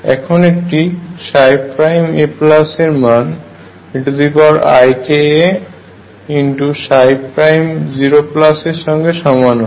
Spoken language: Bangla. এখন একটি a এর মান eika 0 এর সঙ্গে সমান হয়